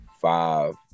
five